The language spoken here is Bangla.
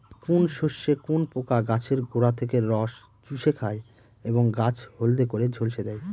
কোন শস্যে কোন পোকা গাছের গোড়া থেকে রস চুষে খায় এবং গাছ হলদে করে ঝলসে দেয়?